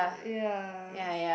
uh yeah